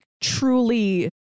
truly